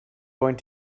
going